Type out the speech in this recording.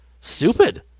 stupid